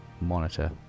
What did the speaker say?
monitor